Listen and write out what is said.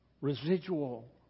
residual